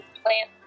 plant